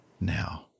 now